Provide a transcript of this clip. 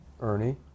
Ernie